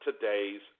today's